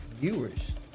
viewers